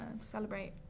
celebrate